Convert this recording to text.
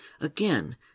Again